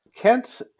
Kent